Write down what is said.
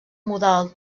modal